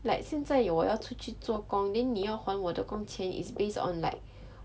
like 现在有我要出去做工 then 你要还我的工钱 is based on like